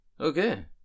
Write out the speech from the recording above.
Okay